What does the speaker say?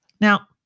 Now